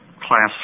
Class